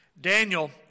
Daniel